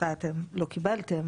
שאותה אתם לא קיבלתם,